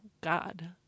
God